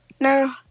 No